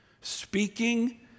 speaking